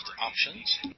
options